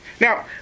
Now